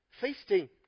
feasting